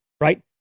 right